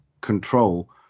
control